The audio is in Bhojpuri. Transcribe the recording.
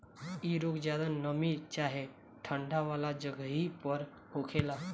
इ रोग ज्यादा नमी चाहे ठंडा वाला जगही पर होखेला